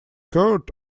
court